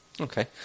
Okay